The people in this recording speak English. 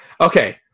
Okay